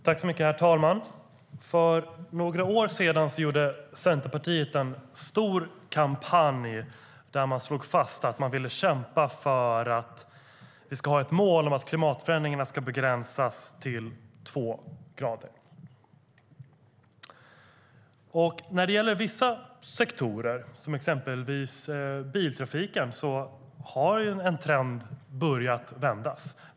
Herr talman! För några år sedan gjorde Centerpartiet en stor kampanj där man slog fast att man ville kämpa för att vi ska ha ett mål om att klimatförändringarna ska begränsas till två grader. När det gäller vissa sektorer, exempelvis biltrafiken, har en trend börjat vändas.